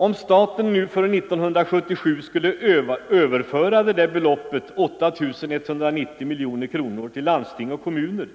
Om staten nu för 1977 överför det där beloppet på 8 190 miljoner till landsting och kommuner